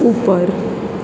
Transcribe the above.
ઉપર